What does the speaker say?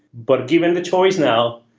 but given the choice now,